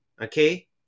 okay